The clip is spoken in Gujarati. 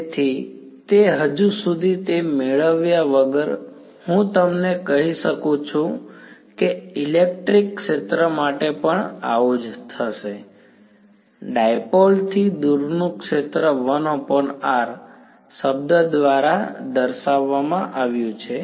તેથી તે હજુ સુધી તે મેળવ્યા વગર હું તમને કહી શકું છું કે ઇલેક્ટ્રિક ક્ષેત્ર માટે પણ આવું જ થશે ડાઈપોલ થી દૂરનું ક્ષેત્ર 1r શબ્દ દ્વારા દાર્શાવ્યું છે